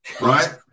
right